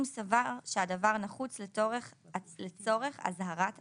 אם סבר שהדבר נחוץ לצורך אזהרת הציבור.